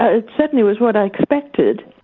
ah it certainly was what i expected,